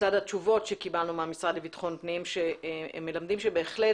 לצד התשובות שקיבלנו מהמשרד לביטחון פנים שהם מלמדים שבהחלט